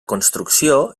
construcció